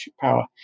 power